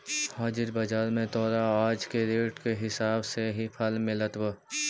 हाजिर बाजार में तोरा आज के रेट के हिसाब से ही फल मिलतवऽ